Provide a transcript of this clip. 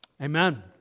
Amen